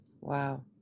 Wow